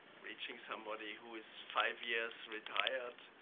reaching somebody who is five years retired,